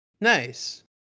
Nice